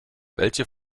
welche